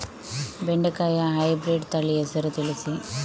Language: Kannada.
ಬೆಂಡೆಕಾಯಿಯ ಹೈಬ್ರಿಡ್ ತಳಿ ಹೆಸರು ತಿಳಿಸಿ?